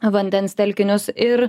vandens telkinius ir